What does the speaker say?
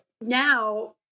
now